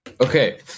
okay